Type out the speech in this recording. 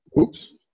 Oops